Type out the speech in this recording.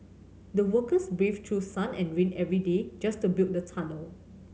the workers braved through sun and rain every day just to build the tunnel